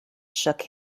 shook